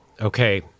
Okay